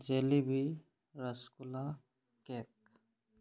jelly bean rasgulla cake